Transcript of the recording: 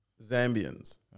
Zambians